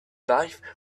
life